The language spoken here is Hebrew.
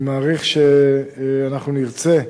אני מעריך שאנחנו נרצה,